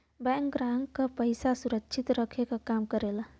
bank ग्राहक क पइसा सुरक्षित रखे क काम करला